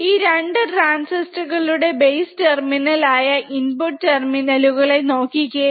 ഈ 2 ട്രാൻസിസ്റ്റർ കളുടെ base terminal ആയ ഇൻപുട് ടെർമിനൽ കളെ നോക്കിക്കേ